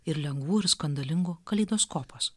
ir lengvų ir skandalingų kaleidoskopas